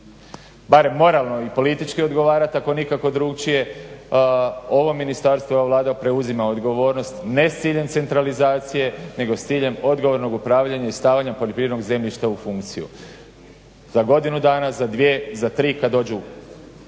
bar moralno i politički odgovarati ako nikako drukčije. Ovo ministarstvo i ova Vlada preuzima odgovornost ne s ciljem centralizacije, nego s ciljem odgovornog upravljanja i stavljanja poljoprivrednog zemljišta u funkciju. Za godinu dana, za dvije, za tri kad dođe